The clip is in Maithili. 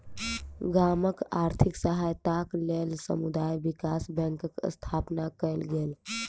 गामक आर्थिक सहायताक लेल समुदाय विकास बैंकक स्थापना कयल गेल